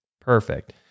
Perfect